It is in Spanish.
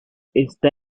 está